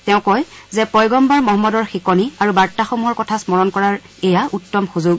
তেওঁ কয় যে পয়গম্বৰ মহম্মদৰ শিকনি আৰু বাৰ্তাসমূহৰ কথা স্মৰণ কৰাৰ এয়া উত্তম সুযোগ